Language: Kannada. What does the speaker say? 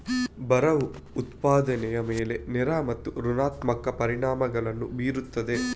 ಬರವು ಉತ್ಪಾದನೆಯ ಮೇಲೆ ನೇರ ಮತ್ತು ಋಣಾತ್ಮಕ ಪರಿಣಾಮಗಳನ್ನು ಬೀರುತ್ತದೆ